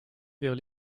vers